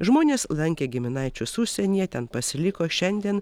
žmonės lankė giminaičius užsienyje ten pasiliko šiandien